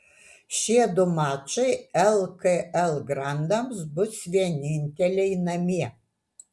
šie du mačai lkl grandams bus vieninteliai namie